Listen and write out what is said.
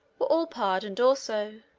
were all pardoned also,